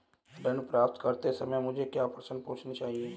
ऋण प्राप्त करते समय मुझे क्या प्रश्न पूछने चाहिए?